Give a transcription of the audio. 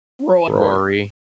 Rory